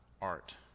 art